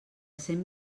cent